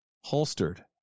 holstered